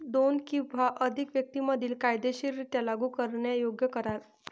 दोन किंवा अधिक व्यक्तीं मधील कायदेशीररित्या लागू करण्यायोग्य करार